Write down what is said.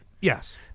Yes